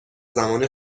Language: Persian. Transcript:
زمان